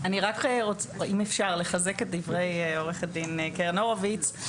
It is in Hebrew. אם אפשר לחזק את דברי עורכת הדין קרן הורוביץ.